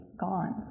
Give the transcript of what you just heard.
gone